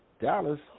Dallas